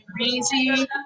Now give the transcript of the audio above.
crazy